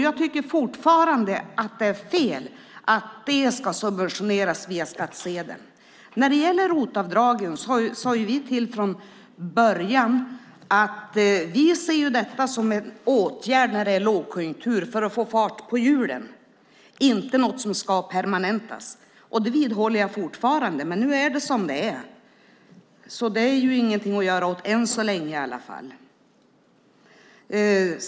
Jag tycker fortfarande att det är fel att det ska subventioneras via skattsedeln. När det gäller ROT-avdragen sade vi redan från början att vi ser det som en åtgärd för att få fart på hjulen när det är lågkonjunktur, inte som något som ska permanentas. Den åsikten vidhåller jag, men nu är det som det är. Det är ingenting att göra åt det än så länge i alla fall.